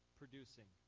producing